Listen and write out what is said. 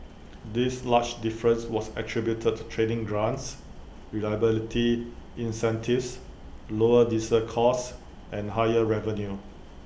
this large difference was attributed to training grants reliability incentives lower diesel costs and higher revenue